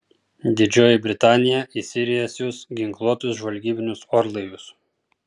didžioji britanija į siriją siųs ginkluotus žvalgybinius orlaivius